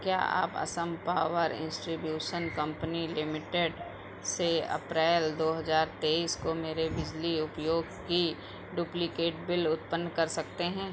क्या आप Assam power distribution company limited से अप्रैल दो हजार तेईस को मेरे बिजली उपयोग की डुप्लिकेट बिल उत्पन कर सकते हैं